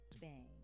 bang